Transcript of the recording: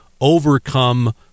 overcome